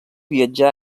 viatjà